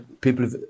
people